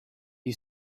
you